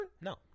No